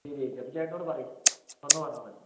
ശരി ചേച്ചി അപ്പോൾ ചേട്ടനോട് പറയൂ വന്നുയെന്ന് പറഞ്ഞാൽ മതി